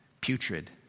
putrid